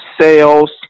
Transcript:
sales